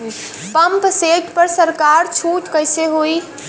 Pump set पर सरकार छूट कईसे होई?